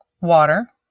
water